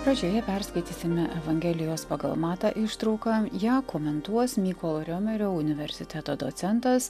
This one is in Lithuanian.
pradžioje perskaitysime evangelijos pagal matą ištrauką ją komentuos mykolo riomerio universiteto docentas